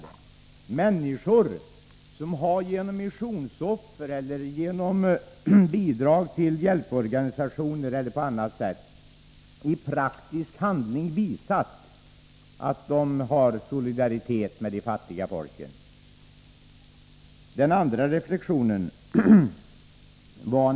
Det är människor som genom missionsoffer, genom bidrag till hjälporganisationer eller på annat sätt i praktisk handling har visat solidaritet med de fattiga folken. Den andra reflexionen är denna.